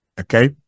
Okay